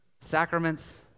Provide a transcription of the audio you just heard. sacraments